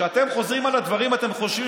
כשאתם חוזרים על הדברים אתם חושבים